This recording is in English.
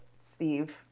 steve